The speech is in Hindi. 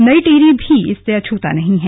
नई टिहरी भी इससे अछूता नहीं है